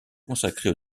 consacrée